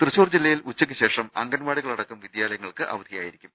തൃശൂർ ജില്ലയിൽ ഉച്ചയ്ക്ക് ശേഷം അങ്കൻവാടി കളടക്കം വിദ്യാലയങ്ങൾക്ക് അവധിയായിരിക്കും